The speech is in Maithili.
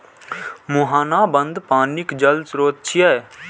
मुहाना बंद पानिक जल स्रोत छियै